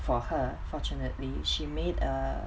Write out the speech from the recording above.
for her fortunately she made a